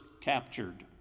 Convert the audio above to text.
captured